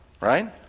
Right